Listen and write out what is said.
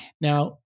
Now